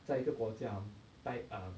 在一个国家 ah 待 um